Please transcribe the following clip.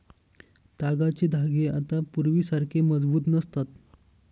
तागाचे धागे आता पूर्वीसारखे मजबूत नसतात